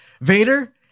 Vader